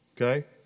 okay